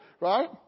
right